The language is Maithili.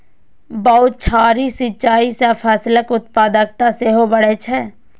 बौछारी सिंचाइ सं फसलक उत्पादकता सेहो बढ़ै छै